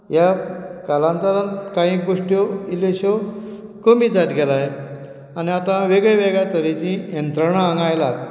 ह्या कालांतरान कायी गोश्ट्यो इल्ल्योश्यो कमी जायत गेला आनी आतां वेगळ्या वेगळ्या तरेचीं यत्रणां हांगा आयलात